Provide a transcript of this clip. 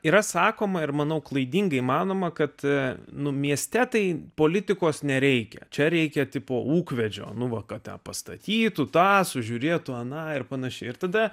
yra sakoma ir manau klaidingai manoma kad e nu mieste tai politikos nereikia čia reikia tipo ūkvedžio nu va ka tę pastatytų tą sužiūrėtų aną ir panašiai ir tada